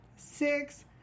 Six